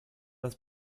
das